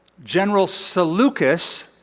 general selucus